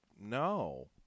no